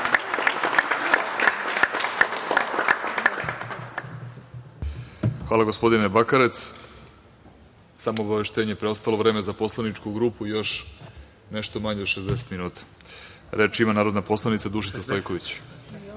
Hvala, gospodine Bakarec. Samo obaveštenje. Preostalo vreme za poslaničku grupu još nešto manje od 60 minuta. Reč ima narodna poslanica Dušica Stojković.